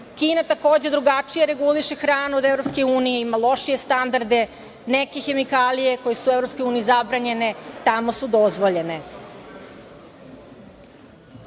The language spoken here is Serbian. takođe drugačije reguliše hranu od EU, ima lošije standarde, neke hemikalije koje su u EU zabranjene tamo su dozvoljene.